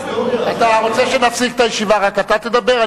אתה רוצה שנפסיק את הישיבה, רק אתה תדבר?